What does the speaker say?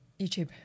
YouTube